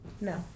No